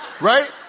right